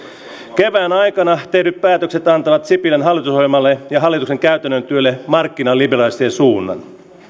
kevään aikana tehdyt päätökset antavat sipilän hallitusohjelmalle ja hallituksen käytännön työlle markkinaliberalistisen suunnan